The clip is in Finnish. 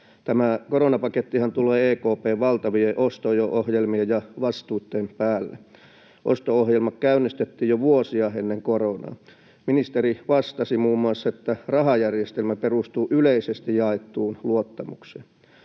Tämä koronapakettihan tulee EKP:n valtavien osto-ohjelmien ja vastuitten päälle. Osto-ohjelmat käynnistettiin jo vuosia ennen koronaa. Ministeri vastasi muun muassa, että rahajärjestelmä perustuu yleisesti jaettuun luottamukseen.